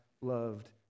loved